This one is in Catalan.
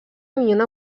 minyona